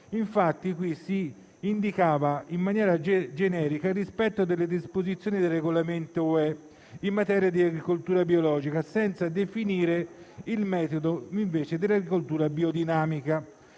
Infatti qui si indicava in maniera generica il rispetto delle disposizioni del regolamento UE in materia di agricoltura biologica, senza definire il metodo dell'agricoltura biodinamica,